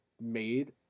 made